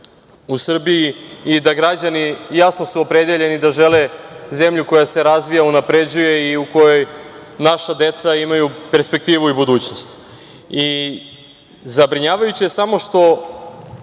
u Srbiji i da su građani jasno opredeljeni da žele zemlju koja se razvija, unapređuje i u kojoj naša deca imaju perspektivu i budućnost. Zabrinjavajuće je samo što